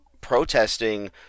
protesting